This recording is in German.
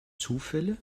zufälle